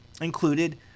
included